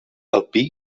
alpí